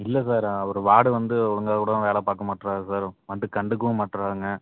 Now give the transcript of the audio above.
இல்லை சார் அவர் வார்டு வந்து ஒழுங்க கூடோ வேலை பார்க்க மாட்றாரு சார் வந்து கண்டுக்கவும் மாட்றாங்க